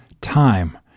time